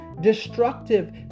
destructive